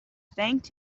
thanked